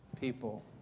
people